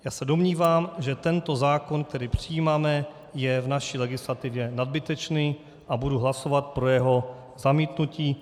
Já se domnívám, že tento zákon, který přijímáme, je v naší legislativě nadbytečný, a budu hlasovat pro jeho zamítnutí.